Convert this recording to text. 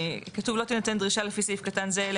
כתוב: "לא תינתן דרישה לפי סעיף קטן זה אלא